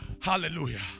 Hallelujah